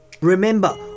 Remember